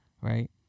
right